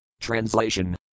Translation